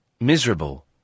miserable